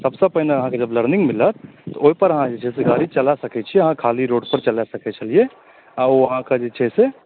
सभसँ पहिने अहाँकेँ जब लर्निङ्ग मिलत तऽ ओहि पर अहाँ जे छै से गाड़ी चला सकैत छियै अहाँ खाली रोड पर चला सकैत छलियै आ ओ अहाँकेँ जे छै से